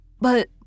But